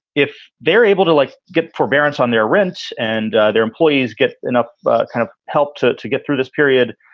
if they're able to like get forbearance on their rents and their employees get in a kind of helped to to get through this period,